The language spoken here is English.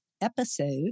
episode